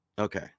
Okay